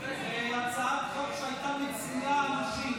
זו הצעת חוק שהייתה מצילה אנשים.